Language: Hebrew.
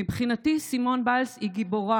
מבחינתי סימון ביילס היא גיבורה,